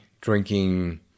drinking